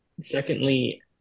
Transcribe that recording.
secondly